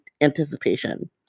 anticipation